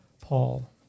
Paul